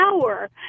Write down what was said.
power